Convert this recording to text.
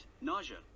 nausea